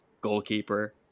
goalkeeper